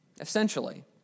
essentially